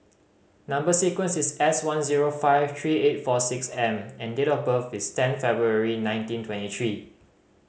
number sequence is S one zero five three eight four six M and date of birth is ten February nineteen twenty three